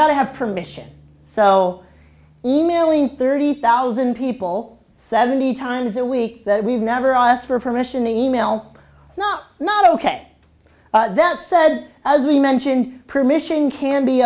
got to have permission so emailing thirty thousand people seventy times a week that we've never asked for permission email not not ok that said as we mentioned permission can be